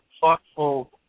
thoughtful